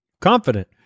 Confident